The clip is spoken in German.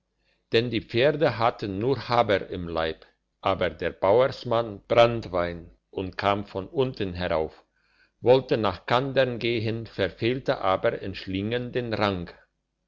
denn die pferde hatten nur haber im leib aber der bauersmann branntewein und kam von unten herauf wollte nach kandern gehen verfehlte aber in schliengen den rang